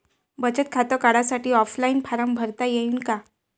बचत खातं काढासाठी ऑफलाईन फारम भरता येईन का?